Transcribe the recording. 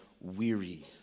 weary